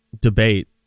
debate